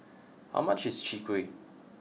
how much is Chwee Kueh